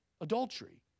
adultery